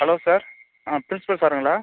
hello sir ஆ principal சாருங்களா